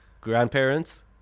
grandparents